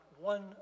one